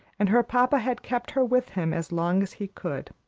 and her papa had kept her with him as long as he could.